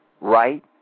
right